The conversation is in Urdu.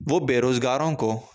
وہ بے روزگاروں کو